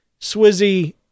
Swizzy